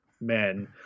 men